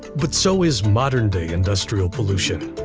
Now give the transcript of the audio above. but so is modern-day industrial pollution.